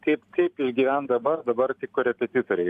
kaip kaip išgyvent dabar dabar tik korepetitoriai